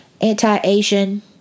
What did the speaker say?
anti-Asian